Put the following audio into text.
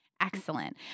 Excellent